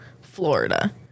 Florida